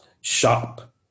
shop